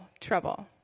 trouble